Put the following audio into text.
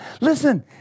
Listen